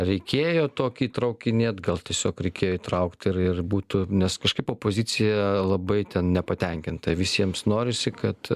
reikėjo tokį įtraukinėt gal tiesiog reikėjo įtraukti ir ir būtų nes kažkaip opozicija labai ten nepatenkinta visiems norisi kad